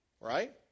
right